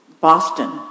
Boston